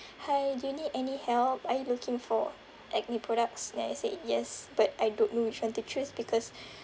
hi do you need any help are you looking for acne products then I said yes but I don't know which one to choose because